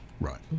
right